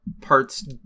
parts